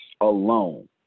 alone